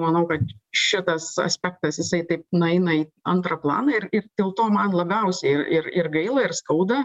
manau kad šitas aspektas jisai taip nueina į antrą planą ir ir dėl to man labiausiai ir ir ir gaila ir skauda